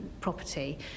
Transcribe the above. property